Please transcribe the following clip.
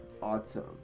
autumn